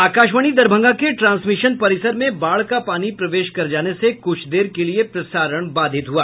आकाशवाणी दरभंगा के ट्रांसमिशन परिसर में बाढ़ का पानी प्रवेश कर जाने से कुछ देर के लिये प्रसारण बाधित हुआ